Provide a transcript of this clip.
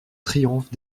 triomphe